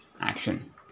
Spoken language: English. action